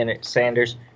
Sanders